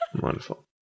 Wonderful